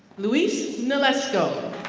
luis nolasco.